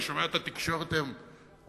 אני שומע את התקשורת היום אומרת: